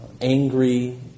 angry